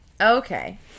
Okay